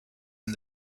and